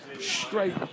straight